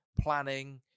planning